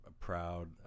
Proud